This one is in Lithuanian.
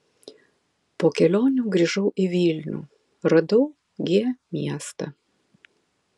po kelionių grįžau į vilnių radau g miestą